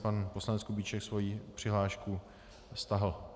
Pan poslanec Kubíček svou přihlášku stáhl.